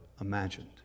imagined